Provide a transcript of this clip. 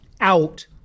out